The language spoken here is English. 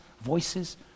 voices